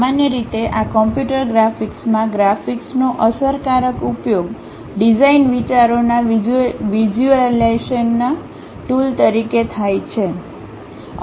સામાન્ય રીતે આ કમ્પ્યુટર ગ્રાફિક્સમાં ગ્રાફિક્સનો અસરકારક ઉપયોગ ડિઝાઇન વિચારોના વિઝ્યુલાઇઝેશનના ટુલ તરીકે થાય છે